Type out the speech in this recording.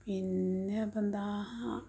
പിന്നെ ഇപ്പെന്താണ്